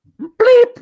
bleep